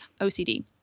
OCD